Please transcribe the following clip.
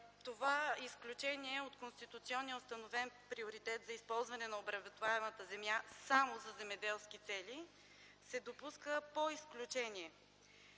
Това изключение от конституционно установения приоритет за използване на обработваемата земя само за земеделски цели се допуска по изключение.